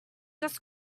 just